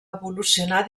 evolucionar